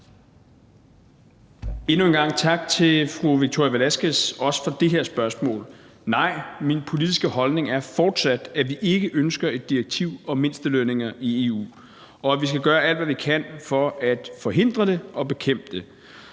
Endnu engang tak til fru Victoria Velasquez, også for det her spørgsmål. Nej, min politiske holdning er fortsat, at vi ikke ønsker et direktiv om mindstelønninger i EU, og at vi skal gøre alt, hvad vi kan, for at forhindre det og bekæmpe det.